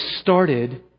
started